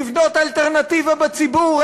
לבנות אלטרנטיבה בציבור,